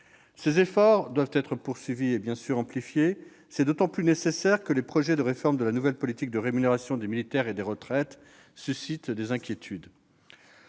Ces efforts doivent être poursuivis et amplifiés. C'est d'autant plus nécessaire que les projets de réforme de la nouvelle politique de rémunération des militaires et des retraites suscitent des inquiétudes.